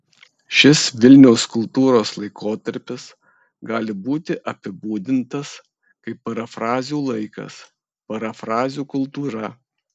šis vilniaus kultūros laikotarpis gali būti apibūdintas kaip parafrazių laikas parafrazių kultūra